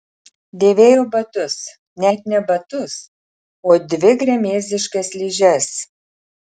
dėvėjo batus net ne batus o dvi gremėzdiškas ližes